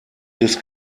des